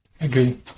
Agree